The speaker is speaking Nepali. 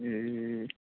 ए